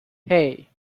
hey